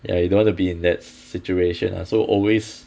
ya you don't wanna be in that situation lah so always